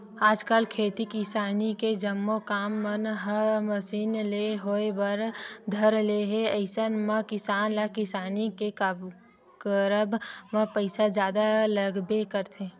आजकल खेती किसानी के जम्मो काम मन ह मसीन ले होय बर धर ले हे अइसन म किसान ल किसानी के करब म पइसा जादा लगबे करथे